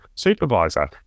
supervisor